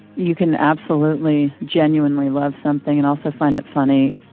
you can absolutely genuinely love something and also find it funny.